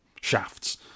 shafts